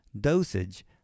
dosage